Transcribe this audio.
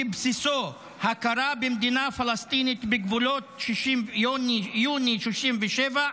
שבסיסו הכרה במדינה פלסטינית בגבולות יוני 67',